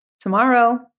tomorrow